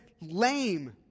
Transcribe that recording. lame